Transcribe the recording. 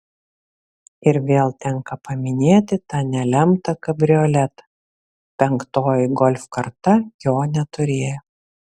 ir vėl tenka paminėti tą nelemtą kabrioletą penktoji golf karta jo neturėjo